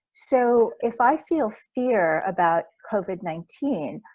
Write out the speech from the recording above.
so if i feel fear about covid nineteen,